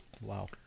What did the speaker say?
wow